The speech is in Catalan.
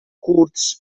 curts